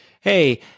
Hey